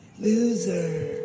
loser